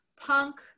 punk